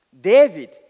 David